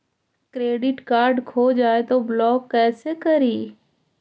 Credit card खो जाए तो ब्लॉक कैसे करी?